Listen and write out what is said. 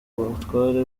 abatware